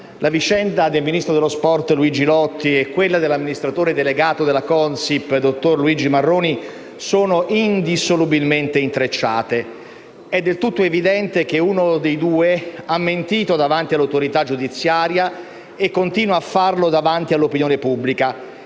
la vicenda del Ministro dello sport, Luigi Lotti, e quella dell'amministratore delegato della Consip, dottor Luigi Marroni, sono indissolubilmente intrecciate. È del tutto evidente che uno dei due ha mentito davanti all'autorità giudiziaria e continua a farlo davanti all'opinione pubblica